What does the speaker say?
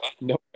No